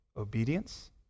obedience